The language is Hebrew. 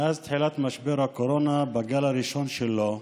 מאז תחילת משבר הקורונה, בגל הראשון שלו,